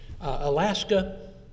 Alaska